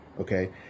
Okay